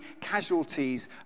casualties